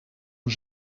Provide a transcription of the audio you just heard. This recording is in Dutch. een